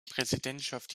präsidentschaft